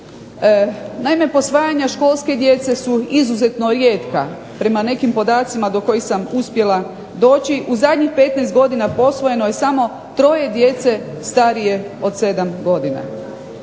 Naime posvajanja školske djece su izuzetno rijetka, prema nekim podacima do kojih sam uspjela doći u zadnjih 15 godina posvojeno je samo 3 djece starije od 7 godina.